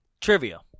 trivia